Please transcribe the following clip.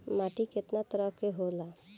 माटी केतना तरह के होला?